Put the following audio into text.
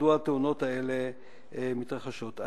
מדוע התאונות האלה מתרחשות.